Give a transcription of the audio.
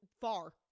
Far